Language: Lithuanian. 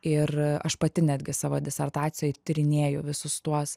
ir aš pati netgi savo disertacijoj tyrinėju visus tuos